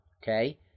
Okay